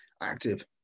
active